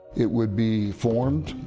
it would be formed,